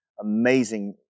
amazing